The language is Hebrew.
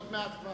חיים רמון,